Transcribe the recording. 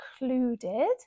included